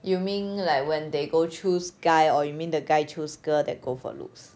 you mean like when they go choose guy or you mean the guy choose girl that go for looks